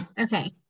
Okay